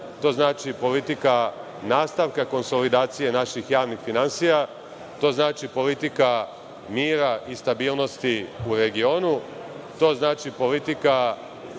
to znači politika nastavka konsolidacije naših javnih finansija, to znači politika mira i stabilnosti u regionu, to znači politika